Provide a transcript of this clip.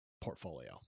portfolio